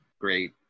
great